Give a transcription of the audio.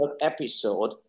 episode